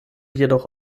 jedoch